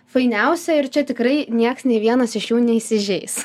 fainiausia ir čia tikrai nieks nei vienas iš jų neįsižeis